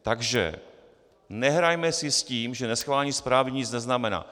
Takže nehrajme si s tím, že neschválení zprávy nic neznamená.